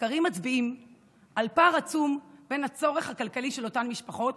מחקרים מצביעים על פער עצום בין הצורך הכלכלי של אותן משפחות